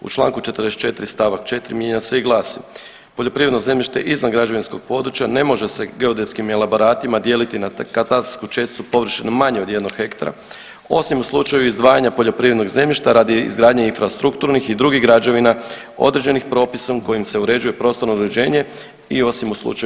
U čl. 44 st. 4 mijenja se i glasi: Poljoprivredno zemljište izvan građevinskog područja ne može se geodetskim elaboratima dijeliti na katastarsku česticu površine manje od 1 hektara, osim u slučaju izdvajanja poljoprivrednog zemljišta radi izgradnje infrastrukturnih i drugih građevina određenih propisom kojim se uređuje prostorno uređenje i osim u slučaju nasljeđivanja.